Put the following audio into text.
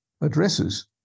addresses